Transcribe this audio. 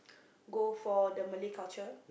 go for the Malay culture